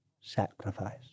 sacrifice